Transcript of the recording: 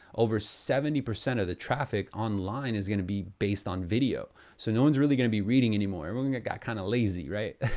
over seventy percent of the traffic online is gonna be based on video. so, no one's really gonna be reading any more. i got kind of lazy, right?